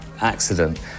accident